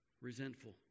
resentful